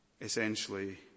essentially